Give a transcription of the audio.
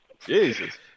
Jesus